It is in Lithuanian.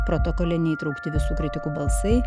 protokole neįtraukti visų kritikų balsai